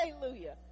Hallelujah